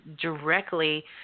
directly